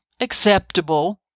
acceptable